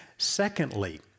Secondly